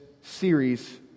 series